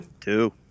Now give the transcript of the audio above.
Two